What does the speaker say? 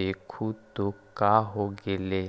देखु तो का होगेले?